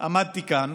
עמדתי כאן